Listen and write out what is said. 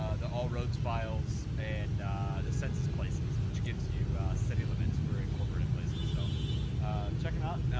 ah the all roads files, and the census places which gives you city limits for incorporated places. so check them out.